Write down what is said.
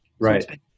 right